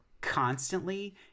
constantly